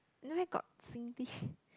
this one where got Singlish